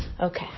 Okay